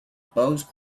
bose